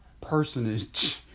personage